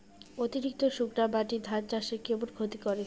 অতিরিক্ত শুকনা মাটি ধান চাষের কেমন ক্ষতি করে?